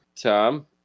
tom